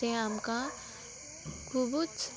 तें आमकां खुबूच